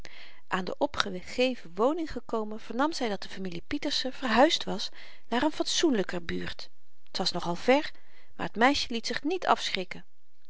aan de opgegeven woning gekomen vernam zy dat de familie pieterse verhuisd was naar een fatsoenlyker buurt t was nog al ver maar t meisje liet zich niet afschrikken